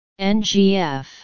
NGF